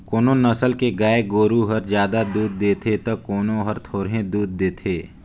कोनो नसल के गाय गोरु हर जादा दूद देथे त कोनो हर थोरहें दूद देथे